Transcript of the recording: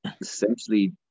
essentially